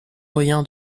moyen